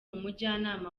umujyanama